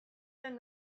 lan